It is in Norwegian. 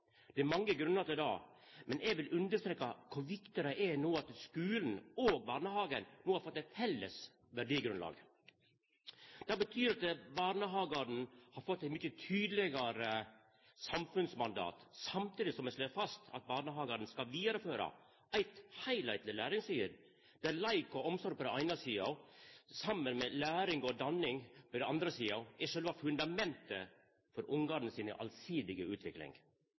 Det er mange grunnar til det, men eg vil understreka kor viktig det er at skulen og barnehagen no har fått eit felles verdigrunnlag. Det betyr at barnehagane har fått eit mykje tydelegare samfunnsmandat, samtidig som me slår fast at barnehagane skal vidareføra eit heilskapleg syn på læring, der leik og omsorg på den eine sida saman med læring og danning på den andre sida er sjølve fundamentet for ungane si allsidige utvikling.